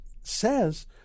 says